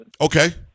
Okay